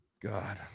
God